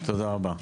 תודה רבה.